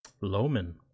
Loman